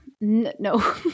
No